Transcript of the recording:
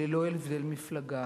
שללא הבדל מפלגה